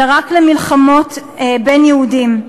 אלא רק למלחמות בין יהודים.